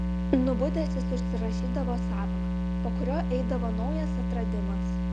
nubudęs jis užsirašydavo sapną po kurio eidavo naujas atradimas